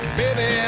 baby